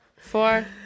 four